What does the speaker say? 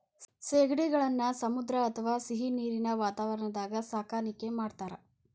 ಸೇಗಡಿಗಳನ್ನ ಸಮುದ್ರ ಅತ್ವಾ ಸಿಹಿನೇರಿನ ವಾತಾವರಣದಾಗ ಸಾಕಾಣಿಕೆ ಮಾಡ್ತಾರ